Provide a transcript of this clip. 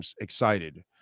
excited